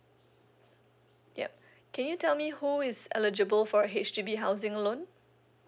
yup can you tell me who is eligible for H_D_B housing loan